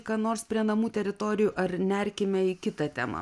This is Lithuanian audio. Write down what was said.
ką nors prie namų teritorijų ar nerkime kitą temą